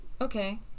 Okay